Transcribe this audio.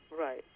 Right